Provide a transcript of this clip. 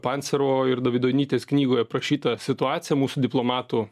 panserovo ir davidonytės knygoj aprašyta situacija mūsų diplomatų